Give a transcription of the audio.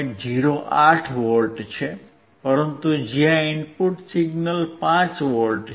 08 V છે પરંતુ જ્યાં ઇનપુટ સિગ્નલ 5V છે